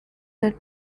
that